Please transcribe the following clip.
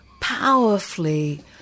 powerfully